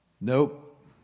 Nope